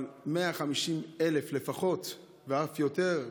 אבל 150,000 לפחות, ואף יותר,